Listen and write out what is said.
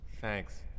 Thanks